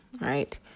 right